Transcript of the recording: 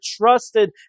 trusted